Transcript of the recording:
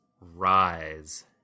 rise